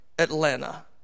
Atlanta